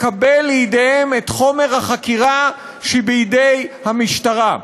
לקבל לידיהם את חומר החקירה שבידי המשטרה.